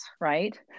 right